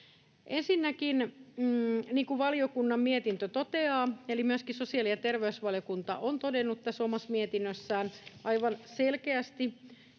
Ensinnäkin, niin kuin valiokunnan mietintö toteaa — eli myöskin sosiaali- ja terveysvaliokunta on todennut tässä omassa mietinnössään aivan selkeästi